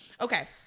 Okay